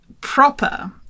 proper